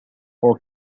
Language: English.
for